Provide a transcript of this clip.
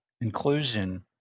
inclusion